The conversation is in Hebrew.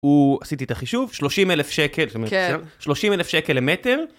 עשיתי את החישוב, 30 אלף שקל, כן, 30 אלף שקל למטר.